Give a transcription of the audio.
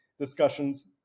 discussions